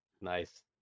Nice